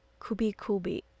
Kubikubi